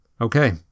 Okay